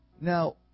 Now